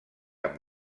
amb